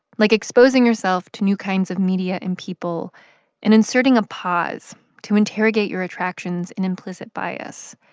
like exposing herself to new kinds of media and people and inserting a pause to interrogate your attractions and implicit bias,